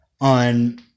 on